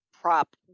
prop